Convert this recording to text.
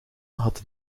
had